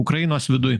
ukrainos viduj